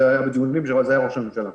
זה היה ראש הממשלה.